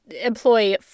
employ